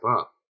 up